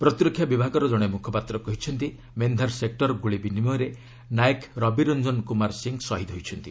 ପ୍ରତିରକ୍ଷା ବିଭାଗର ଜଣେ ମୁଖପାତ୍ର କହିଛନ୍ତି ମେନ୍ଧାର ସେକ୍ଟର ଗୁଳି ବିନିମୟରେ ନାଏକ ରବିରଞ୍ଜନ କୁମାର ସିଂହ ଶହୀଦ୍ ହୋଇଛନ୍ତି